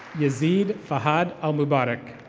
yazid fahad al-moubarek.